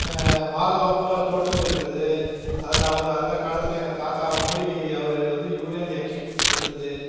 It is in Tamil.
மாதுளம் பூரா தோட்டங்கள் இருந்தது அதில் அவரு அந்த காலத்தில் எங்கள் தாத்தா மூலிகை அவரு வந்து யூனியன் எக்கிம் இருந்தது